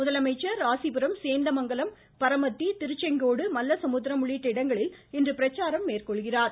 முதலமைச்சா் ராசிபுரம் சேந்தமங்கலம் பரமத்தி திருச்செங்கோடு மல்லசமுத்திரம் உள்ளிட்ட இடங்களில் இன்று பிரச்சாரம் மேற்கொண்டார்